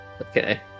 Okay